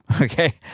Okay